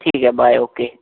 ਠੀਕ ਹੈ bye okay